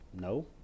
no